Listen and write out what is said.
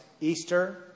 Easter